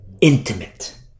intimate